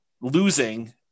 losing